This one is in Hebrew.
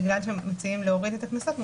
בגלל שמציעים להוריד את הקנסות,